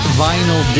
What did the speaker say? vinyl